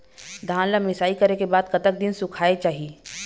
धान ला मिसाई करे के बाद कतक दिन सुखायेक चाही?